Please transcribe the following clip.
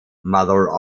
mother